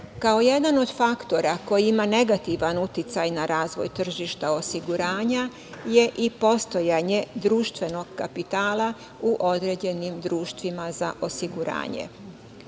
jedan od faktora koji ima negativan uticaj na razvoj tržišta osiguranja je i postojanje društvenog kapitala u određenim društvima za osiguranje.